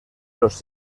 los